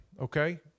Okay